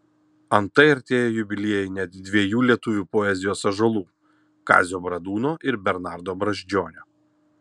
antai artėja jubiliejai net dviejų lietuvių poezijos ąžuolų kazio bradūno ir bernardo brazdžionio